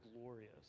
glorious